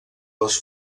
les